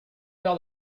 peur